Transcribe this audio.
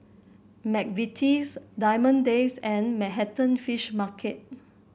McVitie's Diamond Days and Manhattan Fish Market